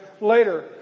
later